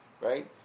Right